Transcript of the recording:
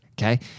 okay